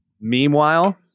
Meanwhile